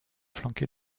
flanqué